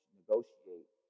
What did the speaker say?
negotiate